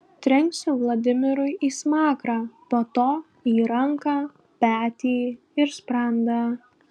trenksiu vladimirui į smakrą po to į ranką petį ir sprandą